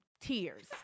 tears